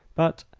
but,